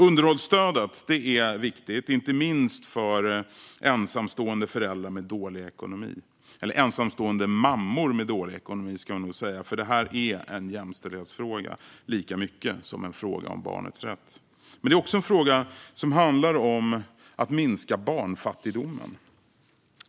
Underhållsstödet är viktigt, inte minst för ensamstående föräldrar med dålig ekonomi - eller ensamstående mammor med dålig ekonomi, ska vi nog säga, för det här är en jämställdhetsfråga lika mycket som en fråga om barnets rätt. Det är också en fråga som handlar om att minska barnfattigdomen.